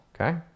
okay